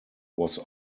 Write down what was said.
was